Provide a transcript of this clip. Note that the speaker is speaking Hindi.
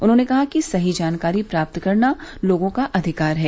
उन्होंने कहा कि सही जानकारी प्राप्त करना लोगों का अधिकार है